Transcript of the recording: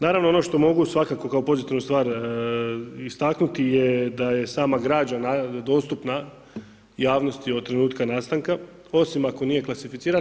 Naravno, ono što mogu svakako kao pozitivnu stvar istaknuti je da je sama građana dostupna javnosti od trenutka nastanka osim ako nije klasificirana.